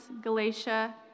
Galatia